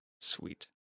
Sweet